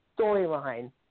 storyline